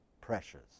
pressures